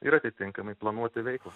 ir atitinkamai planuoti veiklą